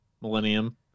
Millennium